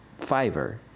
Fiverr